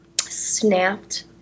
Snapped